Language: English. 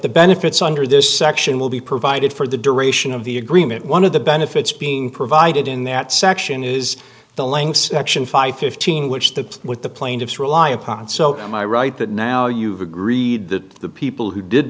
the benefits under this section will be provided for the duration of the agreement one of the benefits being provided in that section is the length section five fifteen which the with the plaintiffs rely upon so am i right that now you've agreed that the people who did